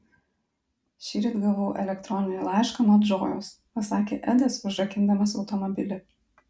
šįryt gavau elektroninį laišką nuo džojos pasakė edas užrakindamas automobilį